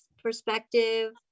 perspective